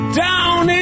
down